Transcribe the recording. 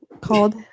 Called